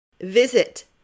Visit